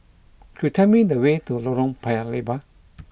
could you tell me the way to Lorong Paya Lebar